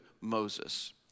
Moses